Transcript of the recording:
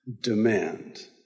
demand